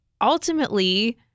ultimately